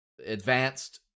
advanced